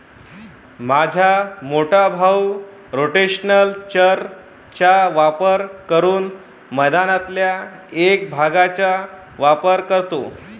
माझा मोठा भाऊ रोटेशनल चर चा वापर करून मैदानातल्या एक भागचाच वापर करतो